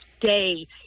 day